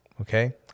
Okay